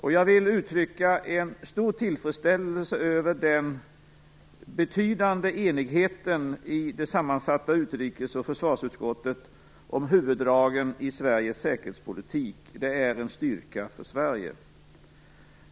Jag vill uttrycka en stor tillfredsställelse över den betydande enigheten i det sammansatta utrikes och försvarsutskottet om huvuddragen i Sveriges säkerhetspolitik. Det är en styrka för Sverige.